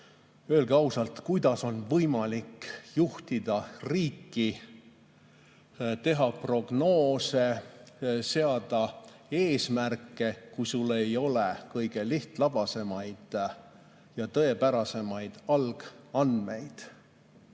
Öelge ausalt, kuidas on võimalik juhtida riiki, teha prognoose ja seada eesmärke, kui sul ei ole kõige lihtlabasemaid ja tõepärasemaid algandmeid.